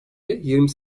yirmi